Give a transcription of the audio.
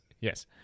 Yes